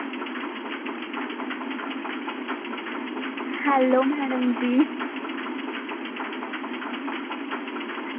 hello madam ji